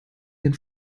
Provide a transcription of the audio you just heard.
den